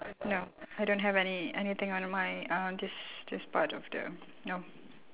no I don't have any anything on my uh this this part of the no